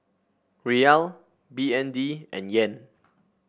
Riyal B N D and Yen